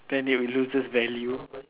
then it will lose its value